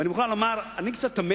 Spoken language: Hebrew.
ואני מוכרח לומר, אני קצת תמה